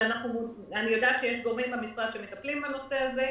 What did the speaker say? אני יודעת שיש גורמים במשרד שמטפלים בנושא הזה,